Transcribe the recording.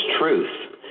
truth